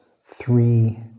three